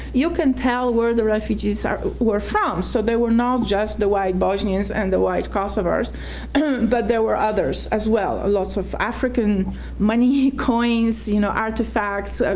you can tell where the refugees ah were from, so they were not just the white bosnians and the white kosovars but there were others as well a lot of african money, coins, you know, artifacts,